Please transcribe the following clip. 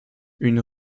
une